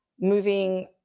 moving